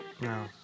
No